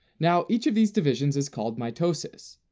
now, each of these divisions is called mitosis.